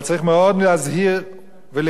אבל צריך מאוד להזהיר ולהיזהר.